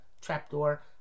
trapdoor